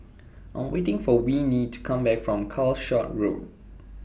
I Am waiting For Winnie to Come Back from Calshot Road